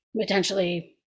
potentially